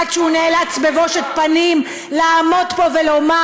עד שהוא נאלץ בבושת פנים לעמוד פה ולומר,